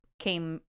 came